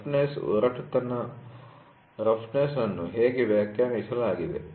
ರಫ್ನೆಸ್ಒರಟುತನ roughness ಅನ್ನು ಹೇಗೆ ವ್ಯಾಖ್ಯಾನಿಸಲಾಗಿದೆ